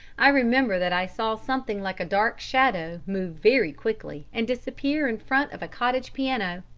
i remember that i saw something like a dark shadow move very quickly and disappear in front of a cottage piano.